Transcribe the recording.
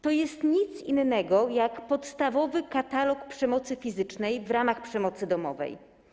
To jest nic innego niż podstawowy katalog przemocy fizycznej w ramach przemocy domowej.